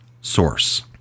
source